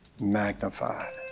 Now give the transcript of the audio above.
magnified